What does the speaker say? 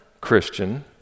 Christian